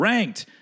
Ranked